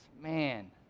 Man